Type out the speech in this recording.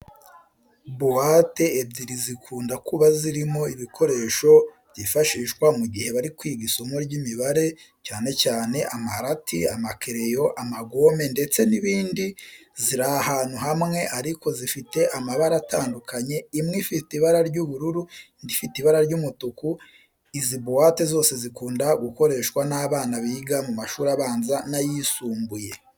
Buwate ebyiri zikunda kuba zirimo ibikoresho byifashishwa mu gihe bari kwiga isomo ry'imibare cyane cyane amarati, amakereyo, amagome ndetse n'ibindi ziri ahantu hamwe ariko zifite amabara atandukanye. Imwe ifite ibara ry'ubururu, indi ifite ibara ry'umutuku. Izi buwate zose zikunda gukoreshwa n'abana biga mu mashuri abanza n'ayisumbuye.